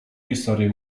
historię